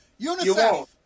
UNICEF